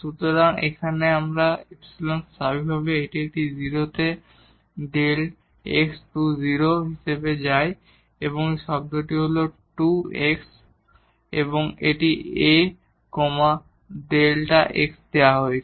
সুতরাং এখানে এই ϵ স্বাভাবিকভাবে এটি একটি 0 এ Δ x → 0 হিসাবে যায় এখানে এই শব্দটি হল 2 x যা A Δ x দেওয়া হয়েছে